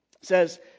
says